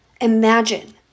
Imagine